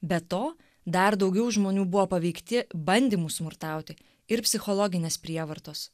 be to dar daugiau žmonių buvo paveikti bandymų smurtauti ir psichologinės prievartos